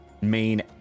main